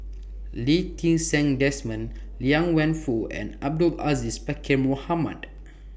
Lee Ti Seng Desmond Liang Wenfu and Abdul Aziz Pakkeer Mohamed